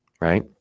right